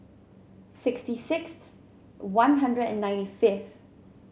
sixty sixth One Hundred and ninety fifth